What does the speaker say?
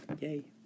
Yay